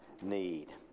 need